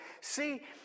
See